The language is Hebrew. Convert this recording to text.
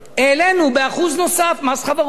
העלינו ב-1% נוסף את מס חברות,